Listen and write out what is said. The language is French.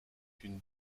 une